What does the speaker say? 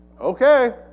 Okay